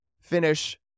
finish